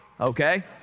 okay